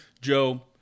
Joe